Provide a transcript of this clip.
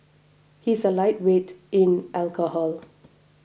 he is a lightweight in alcohol